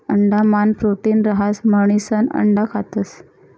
अंडा मान प्रोटीन रहास म्हणिसन अंडा खातस